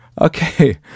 Okay